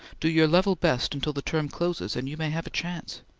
do your level best until the term closes, and you may have a chance.